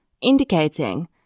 indicating